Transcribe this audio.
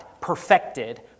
perfected